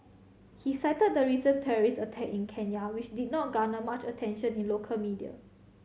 he cited the recent terrorist attack in Kenya which did not garner much attention in local media